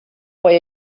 puoi